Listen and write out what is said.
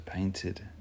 Painted